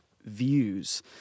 views